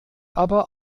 aber